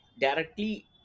directly